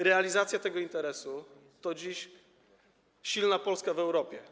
Realizacja tego interesu to dziś silna Polska w Europie.